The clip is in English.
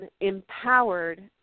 empowered